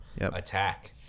attack